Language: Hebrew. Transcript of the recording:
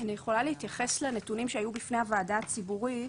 יכולה להתייחס לנתונים שהיו בפני הוועדה הציבורית.